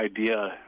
idea